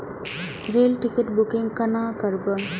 Rail ticket booking कोना करब?